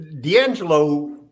D'Angelo